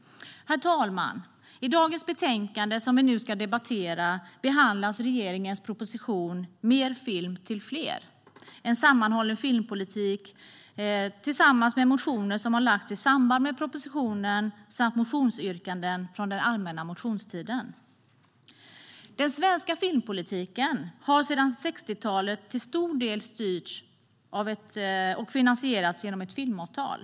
Herr talman! I dagens betänkande, som vi nu ska debattera, behandlas regeringens proposition Mer film till fler - en sammanhållen filmpolitik tillsammans med motioner som har väckts i samband med propositionen samt motionsyrkanden från allmänna motionstiden. Den svenska filmpolitiken har sedan 60-talet till stor del styrts och finansierats genom ett filmavtal.